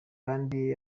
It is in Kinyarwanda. abandi